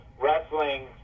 wrestling